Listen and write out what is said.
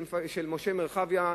של משה מרחביה,